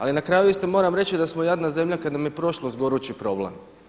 Ali na kraju isto moram reći da smo jadna zemlja kada nam je prošlost gorući problem.